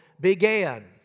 began